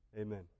Amen